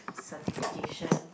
certification